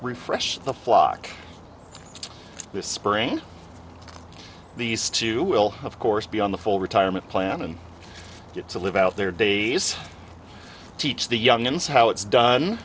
refresh the flock this spring these two will of course be on the full retirement plan and get to live out their days teach the young guns how it's done